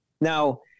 Now